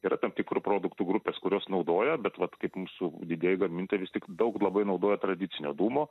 yra tam tikrų produktų grupės kurios naudoja bet vat kaip mūsų didieji gamintojai vis tik daug labai naudoja tradicinio dūmo